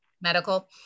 medical